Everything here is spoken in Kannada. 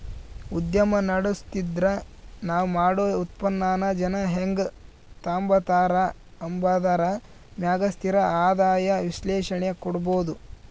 ಉದ್ಯಮ ನಡುಸ್ತಿದ್ರ ನಾವ್ ಮಾಡೋ ಉತ್ಪನ್ನಾನ ಜನ ಹೆಂಗ್ ತಾಂಬತಾರ ಅಂಬಾದರ ಮ್ಯಾಗ ಸ್ಥಿರ ಆದಾಯ ವಿಶ್ಲೇಷಣೆ ಕೊಡ್ಬೋದು